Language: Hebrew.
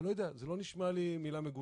אני לא יודע, זאת לא נשמעת לי מילה מגונה.